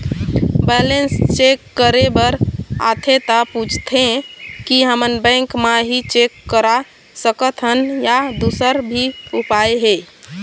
Balance check करे बर आथे ता पूछथें की हमन बैंक मा ही चेक करा सकथन या दुसर भी उपाय हे?